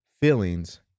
Feelings